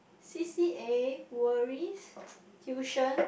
C_C_A worries tuition